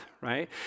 right